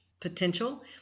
potential